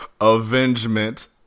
Avengement